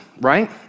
right